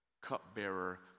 cupbearer